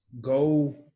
go